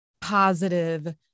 positive